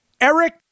Eric